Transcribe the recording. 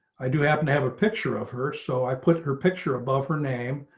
i do happen to have a picture of her so i put her picture above her name,